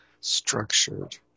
structured